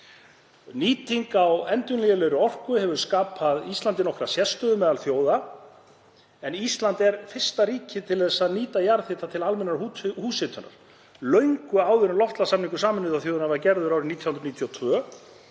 Nýting á endurnýjanlegri orku hefur skapað Íslandi nokkra sérstöðu meðal þjóða en Ísland varð fyrst ríkja til að nýta jarðhita til almennrar húshitunar löngu áður en loftslagssamningur Sameinuðu þjóðanna var gerður árið 1992